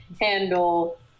handle